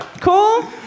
Cool